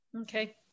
Okay